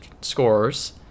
scores